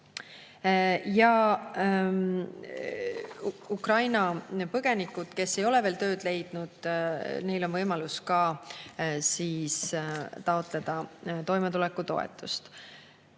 Ukraina põgenikel, kes ei ole veel tööd leidnud, on võimalus taotleda toimetulekutoetust.